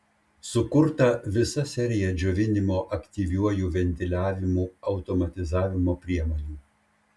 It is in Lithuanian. sukurta visa serija džiovinimo aktyviuoju ventiliavimu automatizavimo priemonių